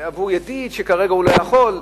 עבור ידיד שכרגע לא יכול.